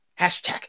Hashtag